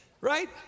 Right